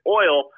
oil